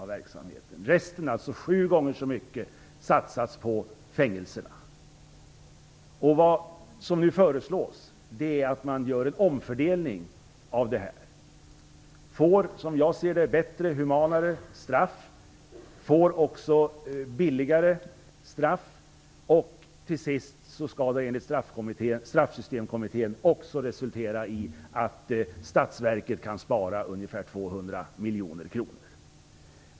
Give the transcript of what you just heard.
Resten, alltså ungefär sju gånger så mycket, satsas på fängelserna. Vad som nu föreslås är att man gör en omfördelning. Då blir det, som jag ser det, bättre och humanare straff. Det blir också billigare straff. Till sist skall det, enligt Straffsystemkommittén, också resultera i att staten kan spara ungefär 200 miljoner kronor.